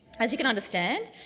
as you can understand,